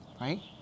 right